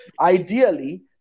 ideally